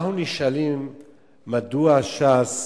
אנחנו נשאלים מדוע ש"ס